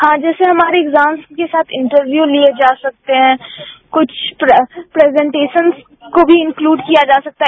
हां जैसे हमारे एक्जाम के साथ इंटरव्यू लिये जा सकते हैं कुछ प्रेजेंटेशंस को भी इनक्लुड किया जा सकता है